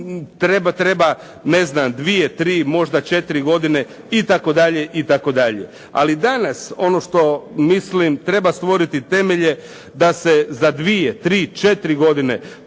se, treba ne znam 2, 3, možda 4 godine itd., itd. Ali danas, ono što mislim, treba stvoriti temelje da se za 2, 3, 4 godine